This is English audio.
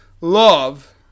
Love